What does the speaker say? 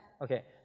Okay